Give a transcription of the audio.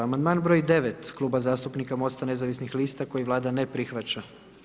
Amandman broj 9 Kluba zastupnika Mosta nezavisnih lista koji Vlada ne prihvaća.